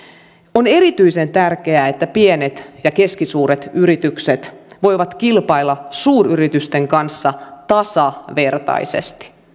on erityisen tärkeää että pienet ja keskisuuret yritykset voivat kilpailla suuryritysten kanssa tasavertaisesti